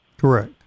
Correct